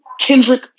Kendrick